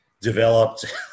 developed